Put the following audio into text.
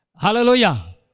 Hallelujah